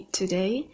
today